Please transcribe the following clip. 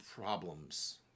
problems